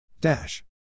Dash